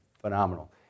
phenomenal